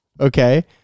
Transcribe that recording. Okay